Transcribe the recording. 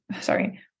sorry